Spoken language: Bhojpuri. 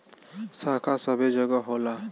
शाखा सबै जगह होला